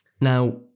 Now